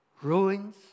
Ruins